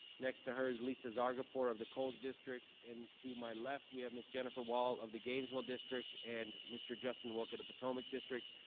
next to her lisa zargarpur of the coles district, and to my left, we have ms. jennifer wall of the gainesville district, and mr. justin wilk of the potomac district,